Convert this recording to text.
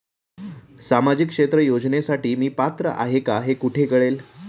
सामाजिक क्षेत्र योजनेसाठी मी पात्र आहे का हे कुठे कळेल?